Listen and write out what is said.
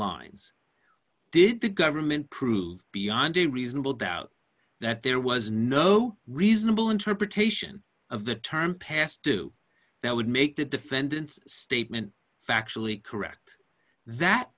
lines did the government prove beyond a reasonable doubt that there was no reasonable interpretation of the term past due that would make the defendant's statement factually correct that